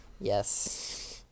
yes